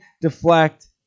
deflect